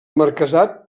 marquesat